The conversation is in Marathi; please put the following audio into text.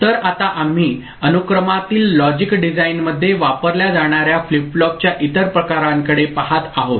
तर आता आम्ही अनुक्रमातील लॉजिक डिझाइनमध्ये वापरल्या जाणार्या फ्लिप फ्लॉपच्या इतर प्रकारांकडे पाहत आहोत